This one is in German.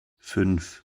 fünf